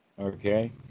Okay